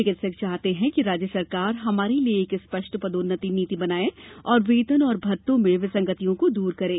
चिकित्सक चाहते हैं कि राज्य सरकार हमारे लिए एक स्पष्ट पदोन्नति नीति बनाए और वेतन और भत्तों में विसंगतियों को दूर करें